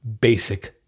basic